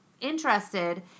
interested